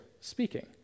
speaking